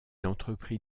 entreprit